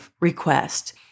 request